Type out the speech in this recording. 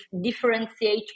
differentiate